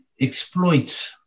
exploit